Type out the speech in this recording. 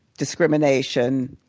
discrimination.